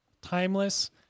timeless